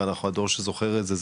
הרי אנחנו הדור שזוכר את זה,